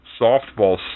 Softball